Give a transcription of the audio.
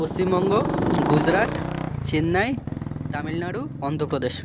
Paschimbanga Gujarat Chennai Tamil Nadu Andhra Pradesh